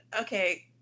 okay